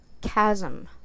chasm